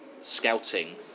scouting